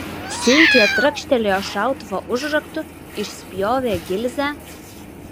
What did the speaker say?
sintija trakštelėjo šautuvo užraktu išspjovė gilzę